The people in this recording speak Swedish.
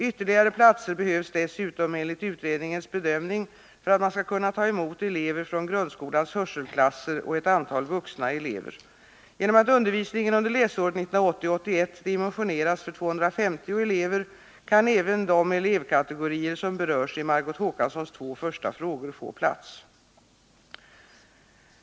Ytterligare platser behövs dessutom enligt utredningens bedömning för att man skall kunna ta emot elever från grundskolans hörselklasser och ett antal vuxna elever. På grund av att undervisningen under läsåret 1980/81 dimensioneras för 250 elever kan även de elevkategorier som berörs i Margot Håkanssons två första frågor få plats.